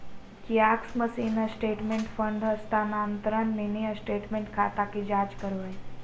kiosk machine statement, fund हस्तानान्तरण, mini statement, खाता की जांच करो हइ